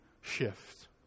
shift